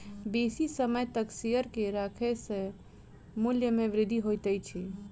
बेसी समय तक शेयर के राखै सॅ मूल्य में वृद्धि होइत अछि